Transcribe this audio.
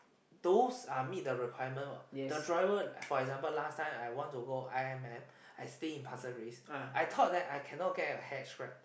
those are meet the requirement what the driver for example last time I want to go i_m_m I stay in pasir-ris I thought I cannot get a hitch grab